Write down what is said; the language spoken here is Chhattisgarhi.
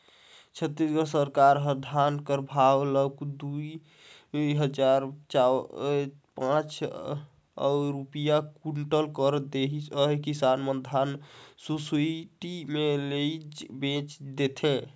छत्तीसगढ़ सरकार ह धान कर भाव ल दुई हजार पाच सव रूपिया कुटल कइर देहिस अहे किसान मन धान ल सुसइटी मे लेइजके बेच देथे